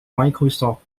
microsoft